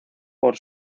por